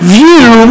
view